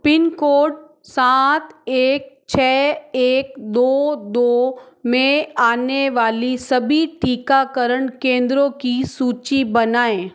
pin code सात एक छ एक दो दो में आने वाली सभी टीकाकरण केंद्रों की सूची बनाएँ